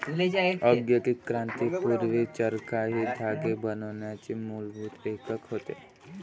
औद्योगिक क्रांती पूर्वी, चरखा हे धागे बनवण्याचे मूलभूत एकक होते